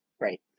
Right